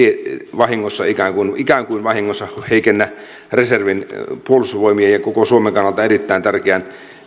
ikään kuin ikään kuin vahingossa heikennä puolustusvoimien ja koko suomen kannalta erittäin tärkeän